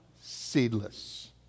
seedless